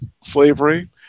slavery